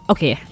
Okay